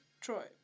Troy